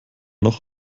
noch